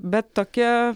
bet tokia